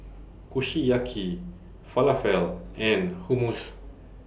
Kushiyaki Falafel and Hummus